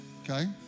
Okay